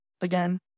again